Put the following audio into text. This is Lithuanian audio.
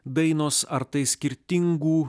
dainos ar tai skirtingų